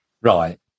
right